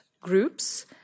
groups